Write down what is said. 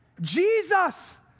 Jesus